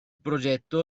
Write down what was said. progetto